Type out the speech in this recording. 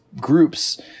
groups